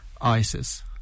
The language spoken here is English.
ISIS